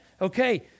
okay